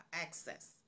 access